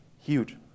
Huge